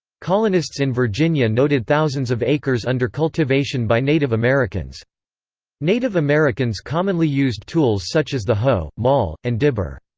colonists in virginia noted thousands of acres under cultivation by native americans native americans commonly used tools such as the hoe, maul, and dibber.